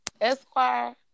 Esquire